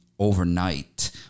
overnight